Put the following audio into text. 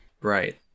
right